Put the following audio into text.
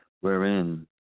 wherein